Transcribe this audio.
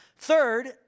Third